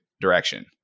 direction